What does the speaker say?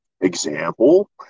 example